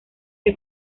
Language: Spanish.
que